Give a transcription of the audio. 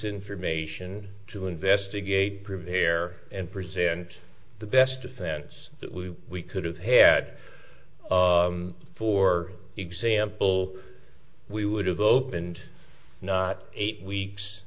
information to investigate prepare and present the best defense that we could have had for example we would have opened not eight weeks